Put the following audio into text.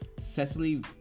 Cecily